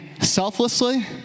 selflessly